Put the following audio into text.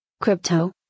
Crypto